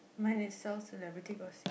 mine is sell celebrity gossip